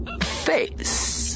face